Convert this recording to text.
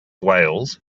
wales